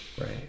right